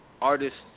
artists